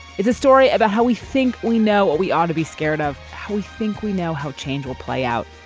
it's a story about how we think we know what we ought to be scared of, how we think we know how change will play out.